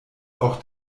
auch